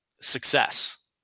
success